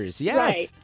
yes